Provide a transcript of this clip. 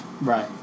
Right